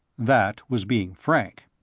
that was being frank.